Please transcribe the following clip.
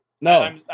No